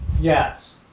Yes